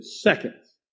seconds